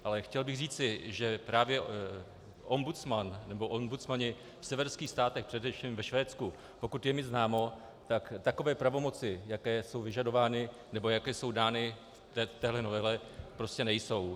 Ale chtěl bych říci, že právě ombudsman nebo ombudsmani v severských státech, především ve Švédsku, pokud je mi známo, tak takové pravomoci, jaké jsou vyžadovány nebo jaké jsou dány v této novele, prostě nejsou.